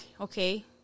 okay